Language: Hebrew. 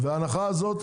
וההנחה הזאת,